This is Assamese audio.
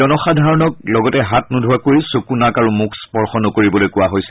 জনসাধাৰণক লগতে হাত নোধোৱাকৈ চকু নাক আৰু মুখ স্পৰ্শ নকৰিবলৈ কোৱা হৈছে